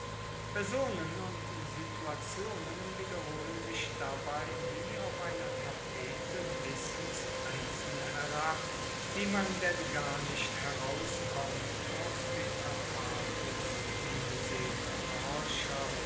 personen und situationen wiederholen sich dabei wie auf einer tapete bis ins einzelne herab wie man denn gar nicht herauskommt aus den apartes ungesehener horcher